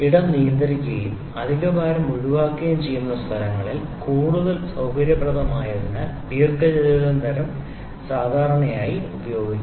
ഇടം നിയന്ത്രിക്കുകയും അധിക ഭാരം ഒഴിവാക്കുകയും ചെയ്യുന്ന സ്ഥലങ്ങളിൽ കൂടുതൽ സൌകര്യപ്രദമായതിനാൽ ദീർഘചതുരം തരം സാധാരണയായി ഉപയോഗിക്കുന്നു